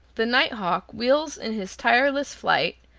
the night hawk wheels in his tireless flight,